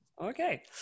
Okay